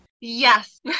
Yes